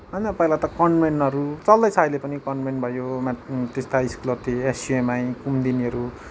होइन पहिला त कनभेन्टहरू चल्दैछ अहिले पनि कनभेन्ट भयो त्यस्ता स्कुलहरू थिए एसयुएमआई कुम्दिनीहरू